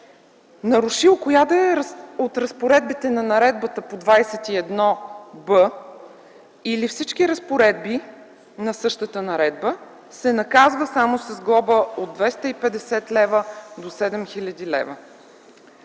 нарушил коя да е от разпоредбите на наредбата по чл. 21б или всички разпоредби на същата наредба, се наказва само с глоба от 250 лв. до 7000 лв.